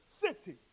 city